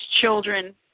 children